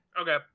Okay